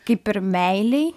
kaip ir meilėj